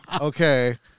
Okay